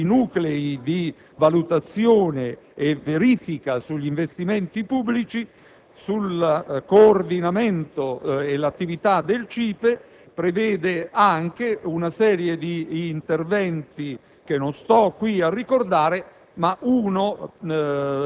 per il finanziamento dei nuclei di valutazione e verifica sugli investimenti pubblici, sul coordinamento e sull'attività del CIPE. La linea prevede anche una serie di interventi (che non richiamo